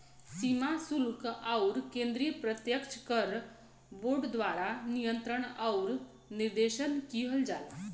सीमा शुल्क आउर केंद्रीय प्रत्यक्ष कर बोर्ड द्वारा नियंत्रण आउर निर्देशन किहल जाला